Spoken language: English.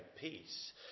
peace